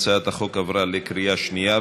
הצעת החוק עברה בקריאה שנייה.